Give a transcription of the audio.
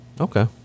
Okay